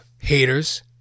haters